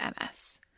MS